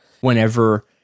whenever